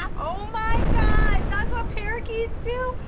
um oh my god! that's what parakeets do?